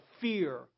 fear